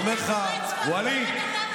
אומר לך: ווליד,